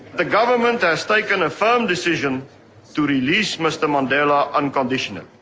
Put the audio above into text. the government has taken a firm decision to release mr. mandela unconditionally.